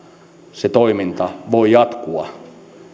se toiminta voi jatkua